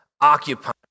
occupying